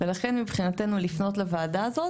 ולכן, החלטתנו היא לא לפנות לוועדה הזאת.